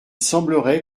semblerait